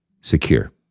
secure